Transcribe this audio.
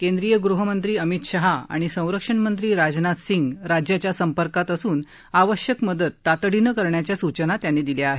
केंद्रीय गृहमंत्री अमित शहा आणि संरक्षणमंत्री राजनाथ सिंग राज्याच्या संपर्कात असून आवश्यक मदत तातडीनं करण्याच्या सूचना त्यांनी दिल्या आहेत